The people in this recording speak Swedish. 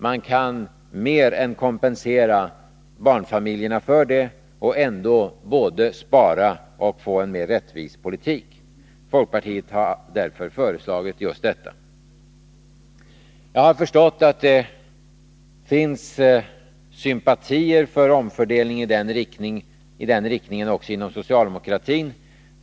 Man kan mer än kompensera barnfamiljerna och ändå både spara och få en mer rättvis politik. Folkpartiet har därför föreslagit just detta. Jag har förstått att det finns sympati för omfördelning i den riktningen också inom socialdemokratin.